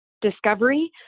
discovery